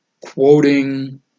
quoting